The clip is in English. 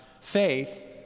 Faith